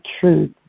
truth